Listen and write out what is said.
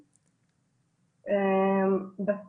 יישובים שנעים להם ברצף.